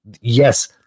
yes